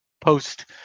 post